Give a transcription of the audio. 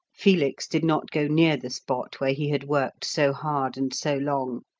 felix did not go near the spot where he had worked so hard and so long,